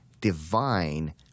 divine